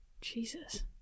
Jesus